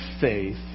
faith